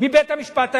מבית-המשפט העליון.